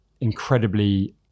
incredibly